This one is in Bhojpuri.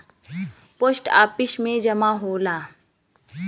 पोस्ट आफिस में जमा होला